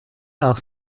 auch